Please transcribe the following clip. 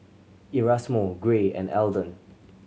Erasmo Gray and Elden